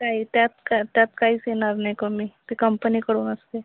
काही त्यात का त्यात काहीच येणार नाही कमी ते कंपनीकडून असते